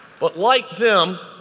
but like them,